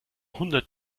hundert